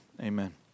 amen